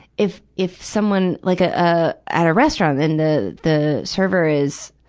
if, if someone, like a, ah, at a restaurant and the, the server is,